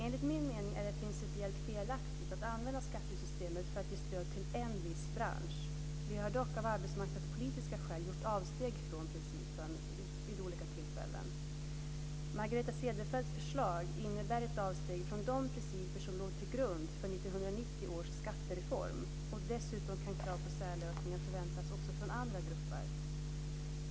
Enligt min mening är det principiellt felaktigt att använda skattesystemet för att ge stöd till en viss bransch. Vi har dock av arbetsmarknadspolitiska skäl gjort avsteg från principen vid olika tillfällen. Margareta Cederfelts förslag innebär ett avsteg från de principer som låg till grund för 1990 års skattereform. Dessutom kan krav på särlösningar förväntas också från andra grupper.